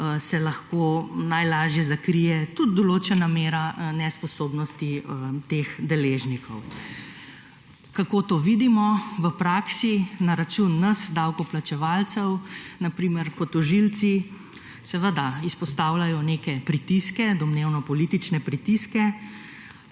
se lahko najlažje zakrije tudi določena mera nesposobnosti teh deležnikov. Kako to vidimo? V praksi na račun nas davkoplačevalcev na primer kot tožilci seveda izpostavljajo neke pritiske domnevno politične pritiske